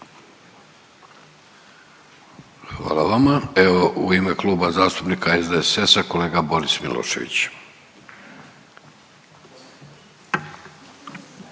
Hvala vama. Evo u ime Kluba zastupnika SDSS-a kolega Boris Milošević.